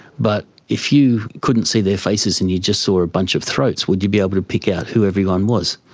but if you couldn't see their faces and you just saw a bunch of throats, would you be able to pick out who everyone was?